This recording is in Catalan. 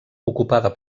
ocupada